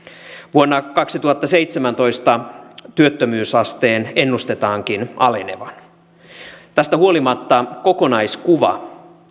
vuonna kaksituhattaseitsemäntoista työttömyysasteen ennustetaankin alenevan tästä huolimatta kokonaiskuva